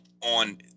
on